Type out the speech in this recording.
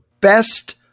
best